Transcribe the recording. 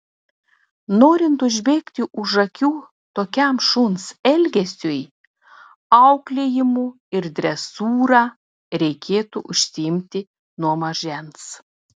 norint užbėgti už akių tokiam šuns elgesiui auklėjimu ir dresūra reikėtų užsiimti nuo mažens